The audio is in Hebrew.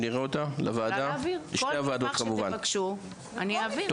לשתי הוועדות כמובן.